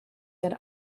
that